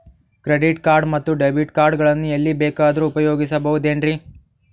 Credit card ಮತ್ತು debit card ಗಳನ್ನು ಎಲ್ಲಿ ಬೇಕಾದ್ರು ಉಪಯೋಗಿಸಬಹುದೇನ್ರಿ?